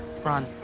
run